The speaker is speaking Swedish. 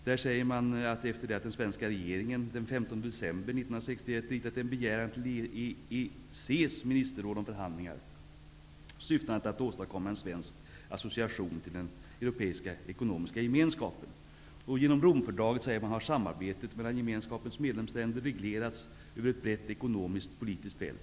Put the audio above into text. Där säger man: riktat en begäran till EEC:s ministerråd om förhandlingar, syftande till att åstadkomma en svensk association till den Europeiska ekonomiska gemenskapen --. Genom Romfördraget har samarbetet mellan Gemenskapens medlemsländer reglerats över ett brett ekonomiskt-politiskt fält.